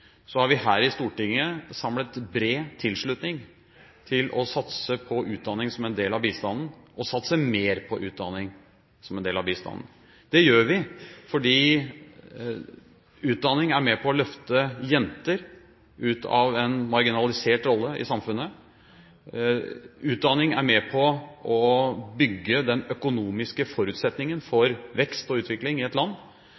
har samlet bred tilslutning til å satse på utdanning som en del av bistanden, og satse mer på utdanning som en del av bistanden. Det gjør vi fordi utdanning er med på å løfte jenter ut av en marginalisert rolle i samfunnet. Utdanning er med på å bygge den økonomiske forutsetningen